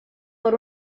por